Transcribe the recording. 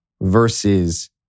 versus